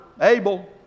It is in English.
Abel